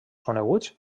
coneguts